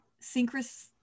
synchronous